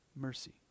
mercy